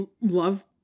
love